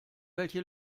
welche